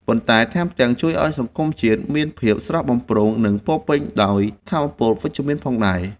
ប៉ុន្តែថែមទាំងជួយឱ្យសង្គមជាតិមានភាពស្រស់បំព្រង និងពោរពេញដោយថាមពលវិជ្ជមានផងដែរ។